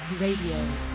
RADIO